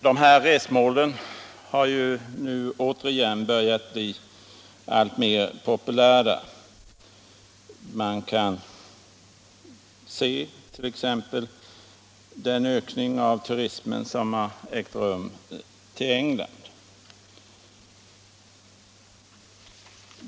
De här resmålen har nu återigen börjat bli alltmer populära. Som exempel kan nämnas ökningen av turismen på England.